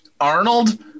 Arnold